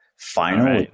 final